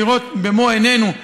לראות במו עינינו,